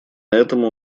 этому